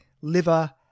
liver